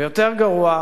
ויותר גרוע,